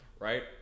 Right